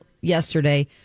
yesterday